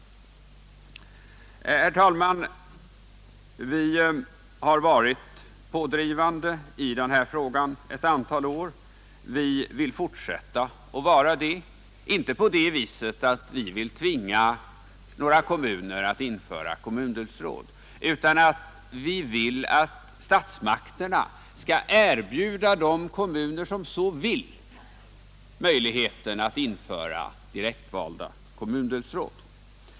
Herr talman! Vi har varit pådrivande i den här frågan ett antal år. Vi vill fortsätta att vara det — inte på det viset att vi vill tvinga några kommuner att införa kommundelsråd, utan genom att statsmakterna skall erbjuda de kommuner som så önskar möjligheten att införa direktvalda kommundelsråd.